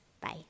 Bye